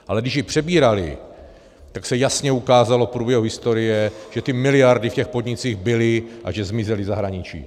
Ale když je přebírali, tak se jasně ukázalo v průběhu historie, že ty miliardy v těch podnicích byly a že zmizely v zahraničí.